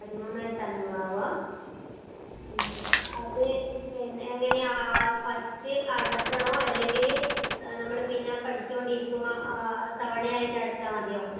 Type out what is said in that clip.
പതിമൂവായിരത്തി അഞ്ഞൂറ് ആവാ മ് അത് പി എങ്ങനെയാണ് ഫസ്റ്റ് അടക്കണോ അല്ലെങ്കില് നമ്മള് പിന്നെ പഠിച്ചുകൊണ്ട് ഇരിക്കുമ്പോൾ തവണ ആയിട്ട് അടച്ചാൽ മതിയോ